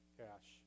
cash